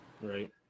Right